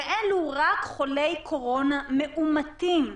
ואלו רק חולי קורונה מאומתים.